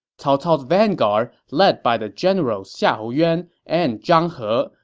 cao cao's vanguard, led by the generals xiahou yuan and zhang he,